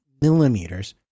millimeters